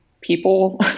people